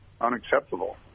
unacceptable